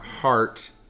heart